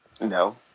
No